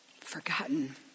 forgotten